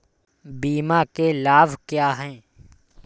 बीमा के लाभ क्या हैं?